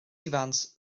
ifans